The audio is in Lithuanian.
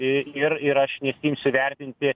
į ir ir aš nesiimsiu vertinti